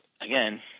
again